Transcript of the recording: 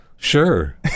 sure